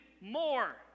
more